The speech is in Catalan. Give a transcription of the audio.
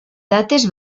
dates